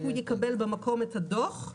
הוא יקבל במקום את הדוח.